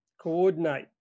coordinate